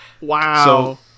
wow